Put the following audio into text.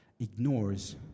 ignores